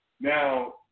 Now